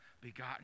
begotten